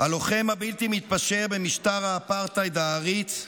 הלוחם הבלתי-מתפשר במשטר האפרטהייד העריץ,